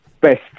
best